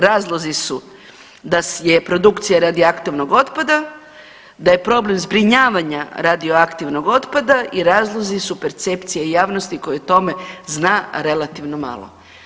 Razlozi su da je produkcija radioaktivnog otpada, da je problem zbrinjavanja radioaktivnog otpada i razlozi su percepcije javnosti koji o tome zna relativno malo.